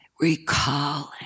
recalling